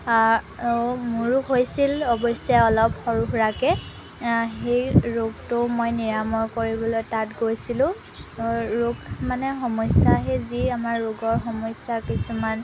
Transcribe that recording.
মোৰো হৈছিল অৱশ্যে অলপ সৰু সুৰাকৈ সেই ৰোগটো মই নিৰাময় কৰিবলৈ তাত গৈছিলোঁ ৰোগ মানে সমস্যাহে যি আমাৰ ৰোগৰ সমস্যা কিছুমান